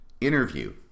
interview